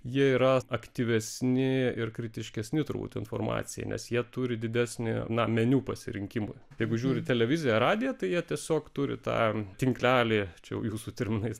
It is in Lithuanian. jie yra aktyvesni ir kritiškesni turbūt informacijai nes jie turi didesnį na meniu pasirinkimą jeigu žiūri televiziją radiją tai jie tiesiog turi tą tinklelį čia jau jūsų terminais